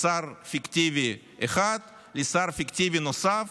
משר פיקטיבי אחד לשר פיקטיבי נוסף